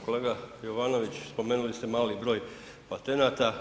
Kolega Jovanović spomenuli ste mali broj patenata.